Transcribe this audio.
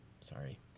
Sorry